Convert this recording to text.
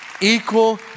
equal